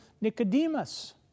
Nicodemus